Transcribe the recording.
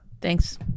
Thanks